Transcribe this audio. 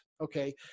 okay